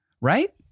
Right